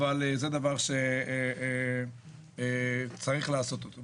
אבל זה דבר שצריך לעשות אותו.